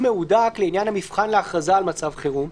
מהודק לעניין המבחן להכרזה על מצב חירום.